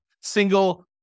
single